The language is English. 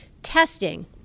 testing